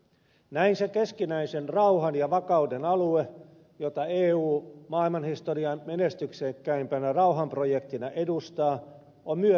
näin se keskinäisen rauhan ja vakauden alue jota eu maailmanhistorian menestyksekkäimpänä rauhanprojektina edustaa on myös laajentunut